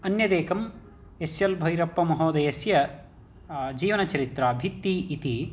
अन्यदेकं S L Bhyrappa महोदयस्य जीवन चरित्रा भित्ति इति